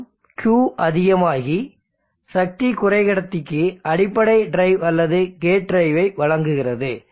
மேலும் Q அதிகமாகி சக்தி குறைக்கடத்திக்கு அடிப்படை டிரைவ் அல்லது கேட் டிரைவ் ஐ வழங்குகிறது